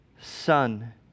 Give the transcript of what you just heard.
Son